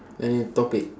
any topic